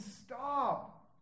stop